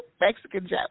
Mexican-Japanese